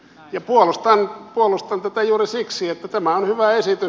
ja puolustan tätä juuri siksi että tämä on hyvä esitys